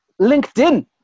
LinkedIn